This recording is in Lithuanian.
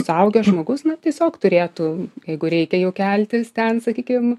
suaugęs žmogus na tiesiog turėtų jeigu reikia jau keltis ten sakykim